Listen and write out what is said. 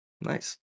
Nice